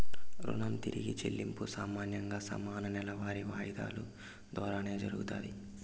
రుణం తిరిగి చెల్లింపు సామాన్యంగా సమాన నెలవారీ వాయిదాలు దోరానే జరగతాది